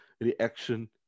reaction